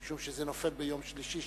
משום שזה חל ביום שלישי,